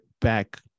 back